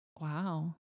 wow